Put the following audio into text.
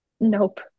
Nope